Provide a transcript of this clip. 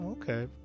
Okay